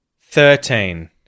thirteen